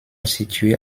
situé